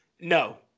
No